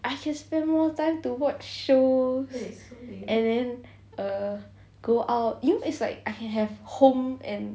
I can spend more time to watch shows and then err go out you know it's like I can have home and